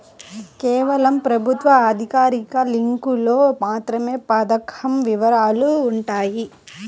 కేవలం ప్రభుత్వ అధికారిక లింకులో మాత్రమే పథకం వివరాలు వుంటయ్యి